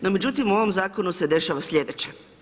No međutim, u ovom Zakonu se dešava slijedeće.